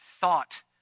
thought